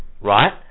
Right